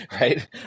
right